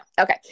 okay